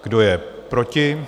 Kdo je proti?